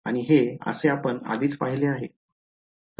आणि हे असे आपण आधीच पाहिले आहे